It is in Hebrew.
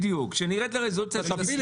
בדיוק, שנרד לרזולוציה של סניף.